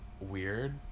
weird